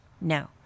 No